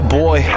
boy